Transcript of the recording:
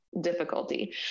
difficulty